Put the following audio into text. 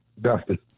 Dustin